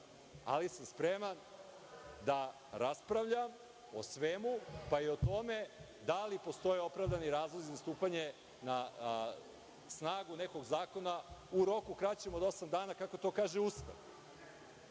ali sam spreman da raspravljam o svemu pa i o tome da li postoje opravdani razlozi za stupanje na snagu nekog zakona u roku kraćem od osam dana, kako to kaže